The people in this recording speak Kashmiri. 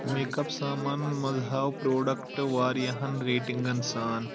میکپ سامان منٛز ہاو پروڈکٹ واریاہن ریٹنگن سان